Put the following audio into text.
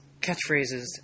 catchphrases